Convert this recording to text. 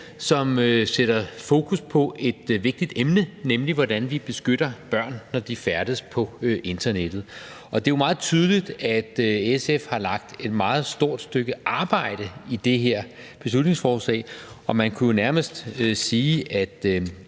som sætter fokus på et vigtigt emne, nemlig hvordan vi beskytter børn, når de færdes på internettet. Det er jo meget tydeligt, at SF har lagt et meget stort stykke arbejde i det her beslutningsforslag, og man kunne jo nærmest sige, at